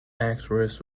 actress